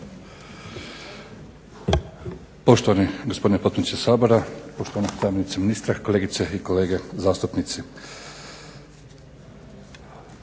Poštovani gospodine potpredsjedniče Sabora, poštovana zamjenice ministra, kolegice i kolege zastupnici.